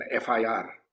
FIR